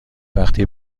وقتی